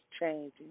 changing